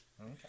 Okay